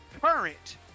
current